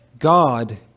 God